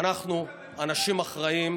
אנחנו אנשים אחראים,